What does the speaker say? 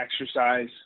exercise